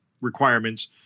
requirements